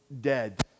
dead